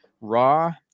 raw